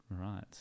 Right